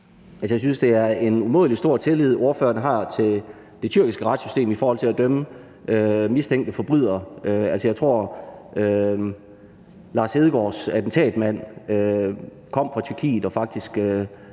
jeg synes, det er en umådelig stor tillid, ordføreren har til det tyrkiske retssystem i forhold til at dømme mistænkte forbrydere. Jeg tror, Lars Hedegaards attentatmand kom fra Tyrkiet og faktisk